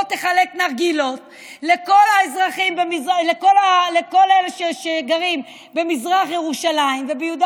בוא תחלק נרגילות לכל אלה שגרים במזרח ירושלים וביהודה